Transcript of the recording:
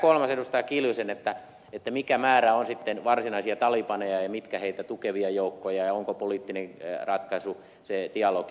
kimmo kiljusen kysymys mikä määrä on sitten varsinaisia talibaneja ja mitkä heitä tukevia joukkoja ja onko poliittinen ratkaisu se dialogi mahdollista